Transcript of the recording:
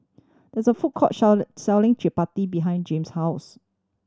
there is a food court share selling Chapati behind James' house